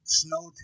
snow